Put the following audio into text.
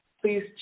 Please